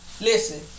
listen